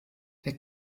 der